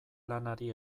lanari